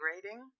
grading